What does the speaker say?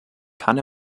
kann